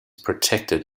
protected